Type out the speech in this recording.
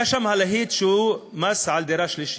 היה שם הלהיט שהוא מס על דירה שלישית,